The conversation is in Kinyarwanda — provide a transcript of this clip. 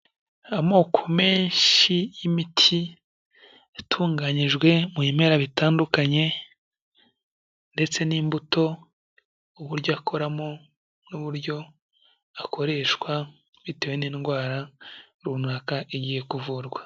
Amoko menshi y'imiti itunganyijwe mu bimera bitandukanye ndetse n'imbuto, uburyo akoramo n'uburyo akoreshwa bitewe n'indwara runaka igiye kuvurwa.